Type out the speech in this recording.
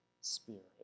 Spirit